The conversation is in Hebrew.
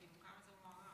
בכמה זה מוערך?